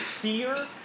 fear